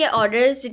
orders